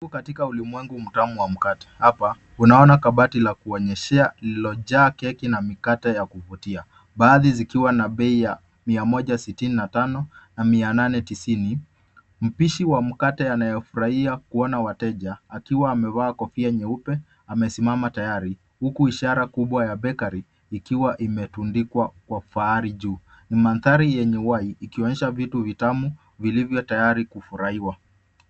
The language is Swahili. Tupo katika ulimwengu mtamu wa mkate. Hapa unaona kabati la kuonyeshea lililojaa keki na mikate ya kuvutia. Baadhi zikiwa na bei ya mia moja sitini na tano na mia nane tisini. Mpishi wa mkate anayefurahia kuona wateja akiwa amevaa kofia nyeupe amesimama tayari huku ishara kubwa ya bakery ikiwa imetundikwa kwa fahari juu. Ni mandhari yenye y ikionyesha vitu vitamu vilivyo tayari kufurahiwa.